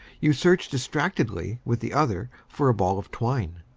you search distractedly with the other for a ball of twine,